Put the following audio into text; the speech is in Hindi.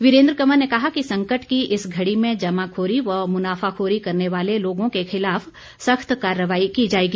वीरेन्द्र कंवर ने कहा कि संकट की इस घड़ी में जमाखोरी व मुनाफाखोरी करने वाले लोगों को खिलाफ सख्त कार्रवाई की जाएगी